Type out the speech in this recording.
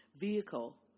vehicle